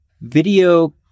Video